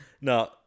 No